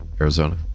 Arizona